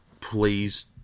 please